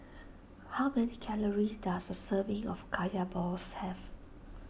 how many calories does a serving of Kaya Balls have